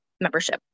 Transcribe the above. membership